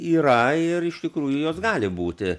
yra ir iš tikrųjų jos gali būti